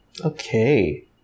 Okay